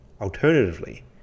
Alternatively